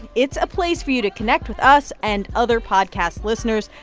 it's a place for you to connect with us and other podcast listeners.